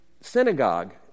synagogue